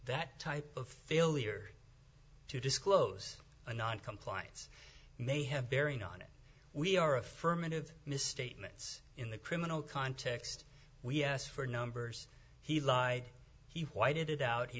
that type of failure to disclose a noncompliance may have bearing on it we are affirmative misstatements in the criminal context we asked for numbers he lied he whited out he